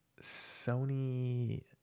Sony